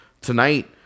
Tonight